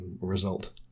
result